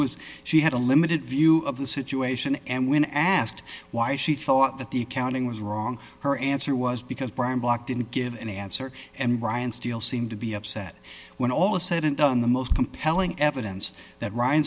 was she had a limited view of the situation and when asked why she thought that the accounting was wrong her answer was because brian bloch didn't give an answer and brian steele seemed to be upset when all is said and done the most compelling evidence that ryan